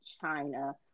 China